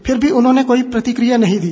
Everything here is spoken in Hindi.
फिर भी उन्होंने कोई प्रतिक्रिया नहीं दी